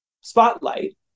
spotlight